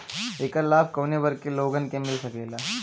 ऐकर लाभ काउने वर्ग के लोगन के मिल सकेला?